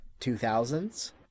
2000s